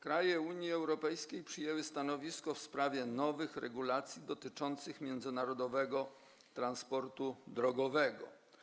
Kraje Unii Europejskiej przyjęły stanowisko w sprawie nowych regulacji dotyczących międzynarodowego transportu drogowego.